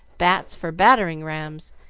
bats for battering-rams,